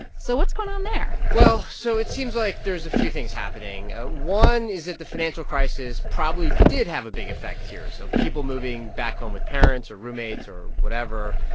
so what's going on there? well, so it seems like there's a few things happening. one is that the financial crisis probably did have a big effect here so people moving back home with parents or roommates or whatever.